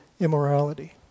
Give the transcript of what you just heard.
immorality